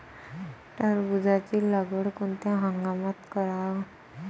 टरबूजाची लागवड कोनत्या हंगामात कराव?